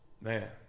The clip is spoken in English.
man